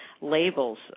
labels